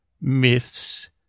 myths